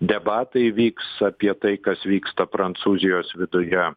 debatai vyks apie tai kas vyksta prancūzijos viduje